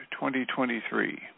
2023